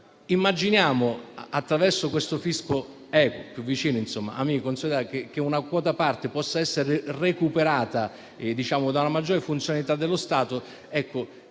Immaginiamo che, attraverso un fisco equo, più vicino e amico, una quota parte possa essere recuperata da una maggiore funzionalità dello Stato.